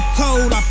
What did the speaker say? cold